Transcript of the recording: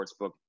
sportsbook